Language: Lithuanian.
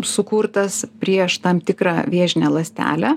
sukurtas prieš tam tikrą vėžinę ląstelę